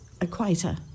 equator